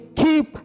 keep